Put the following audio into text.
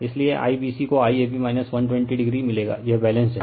इसलिए IBC को IAB 120o मिलेगा यह बैलेंस्ड है